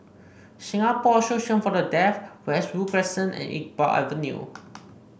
Singapore Association For The Deaf Westwood Crescent and Iqbal Avenue